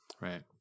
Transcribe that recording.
right